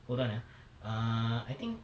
hold on ah err I think